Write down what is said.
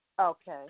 Okay